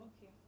okay